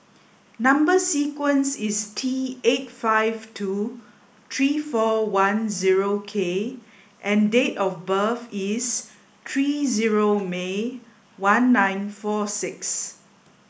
number sequence is T eight five two three four one zero K and date of birth is three zero May one nine four six